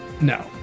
No